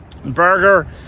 Burger